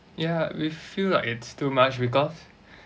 ya we feel like it's too much because